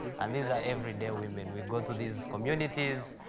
and these are everyday women. we go to these communities.